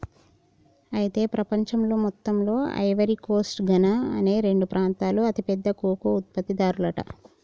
అయితే ప్రపంచంలో మొత్తంలో ఐవరీ కోస్ట్ ఘనా అనే రెండు ప్రాంతాలు అతి పెద్ద కోకో ఉత్పత్తి దారులంట